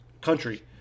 country